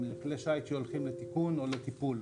לגבי כלי שיט שמופנים לתיקון או לטיפול.